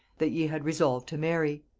that ye had resolved to marry.